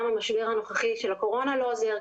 גם המשבר הנוכחי של הקורונה לא עוזר,